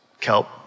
kelp